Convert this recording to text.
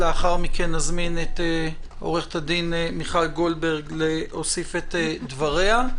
לאחר מכן נזמין את עו"ד מיכל גולדברג להוסיף את דבריה.